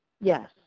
Yes